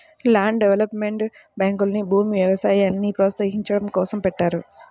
land development బ్యాంకుల్ని భూమి, వ్యవసాయాల్ని ప్రోత్సహించడం కోసం పెట్టారు